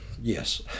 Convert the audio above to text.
Yes